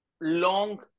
long